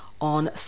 on